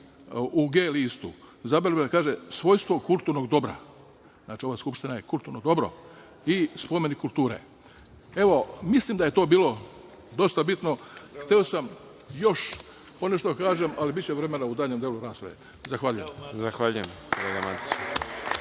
u G-listu, zabeležba kaže – svojstvo kulturnog dobra, znači ova Skupština je kulturno dobro i spomenik kulture. Mislim da je to bilo dosta bitno, hteo sam još po nešto da kažem, ali biće vremena u daljem delu rasprave. Zahvaljujem.